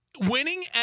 Winning